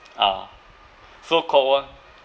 ah so Kok Wai